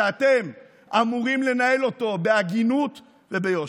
שאתם אמורים לנהל אותו בהגינות וביושר.